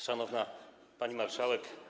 Szanowna Pani Marszałek!